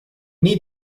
need